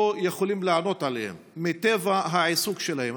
יכולים לענות עליהם מטבע העיסוק שלהם,